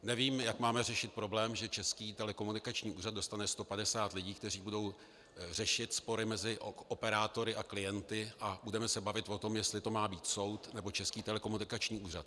Nevím, jak máme řešit problém, že Český telekomunikační úřad dostane 150 lidí, kteří budou řešit spory mezi operátory a klienty, a budeme se bavit o tom, jestli to má být soud nebo Český telekomunikační úřad.